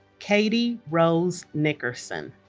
katie rose nickerson